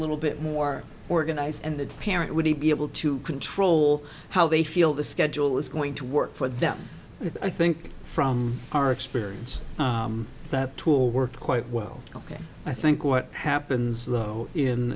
little bit more organized and the parent would he be able to control how they feel the schedule is going to work for them but i think from our experience that tool worked quite well ok i think what happens though in